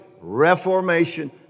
reformation